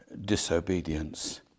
disobedience